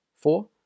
four